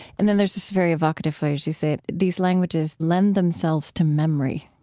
and then there's this very evocative phrase. you say, these languages lend themselves to memory.